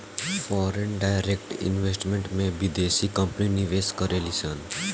foreign direct investment में बिदेसी company निवेश करेलिसन